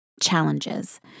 challenges